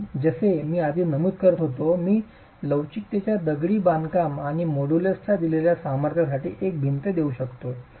म्हणून जसे मी आधी नमूद करीत होतो मी लवचिकतेच्या दगडी बांधकामा आणि मोड्युलसच्या दिलेल्या सामर्थ्यासाठी एक भिंत घेऊ शकतो